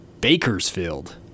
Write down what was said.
Bakersfield